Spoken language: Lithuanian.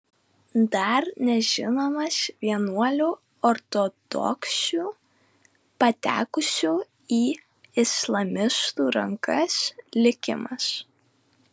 dar nežinomas vienuolių ortodoksių patekusių į islamistų rankas likimas